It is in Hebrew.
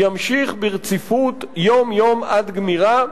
ימשיך ברציפות יום-יום עד גמירא,